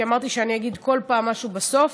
כי אמרתי שאני אגיד בכל פעם משהו בסוף.